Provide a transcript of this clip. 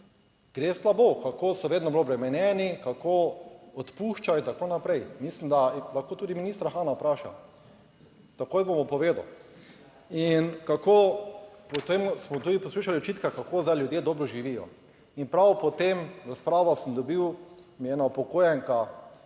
gre slabo, kako so vedno bolj obremenjeni, kako odpuščajo in tako naprej. Mislim, da lahko tudi ministra Hana vpraša, takoj mu bo povedal. Potem smo tudi poslušali očitke, kako zdaj ljudje dobro živijo in prav po tem, razpravo sem dobil, mi je ena upokojenka